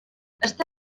està